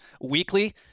weekly